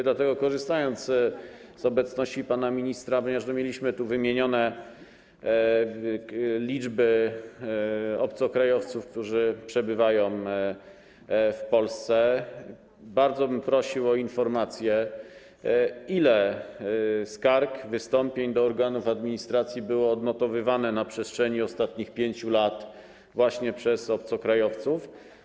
Dlatego korzystając z obecności pana ministra - ponieważ mieliśmy tu wymienione liczby obcokrajowców, którzy przebywają w Polsce - bardzo bym prosił o informację, ile skarg, wystąpień do organów administracji było odnotowywanych na przestrzeni ostatnich 5 lat właśnie przez obcokrajowców.